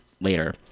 later